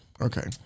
Okay